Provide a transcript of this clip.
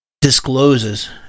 discloses